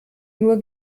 nur